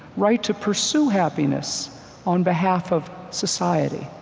right to pursue happiness on behalf of society,